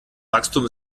wachstum